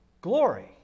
glory